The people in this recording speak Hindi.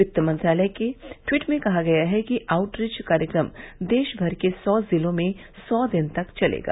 वित्त मंत्रालय के ट्वीट में कहा गया है कि आउटरीच कार्यक्रम देश भर के सौ जिलों में सौ दिन तक चलेगा